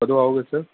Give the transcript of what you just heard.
ਕਦੋਂ ਆਓਗੇ ਸਰ